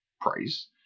price